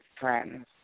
friends